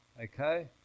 okay